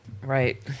right